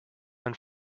and